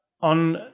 on